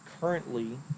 currently